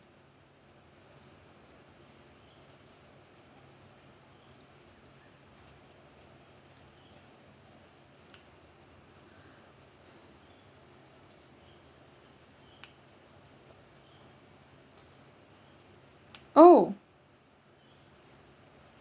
oh